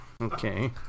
Okay